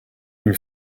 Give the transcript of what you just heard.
une